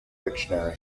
dictionary